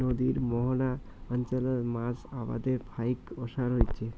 নদীর মোহনা অঞ্চলত মাছ আবাদের ফাইক ওসার হইচে